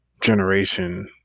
generation